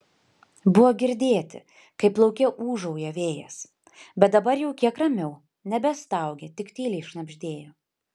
buvo girdėti kaip lauke ūžauja vėjas bet dabar jau kiek ramiau nebestaugė tik tyliai šnabždėjo